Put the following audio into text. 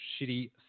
shitty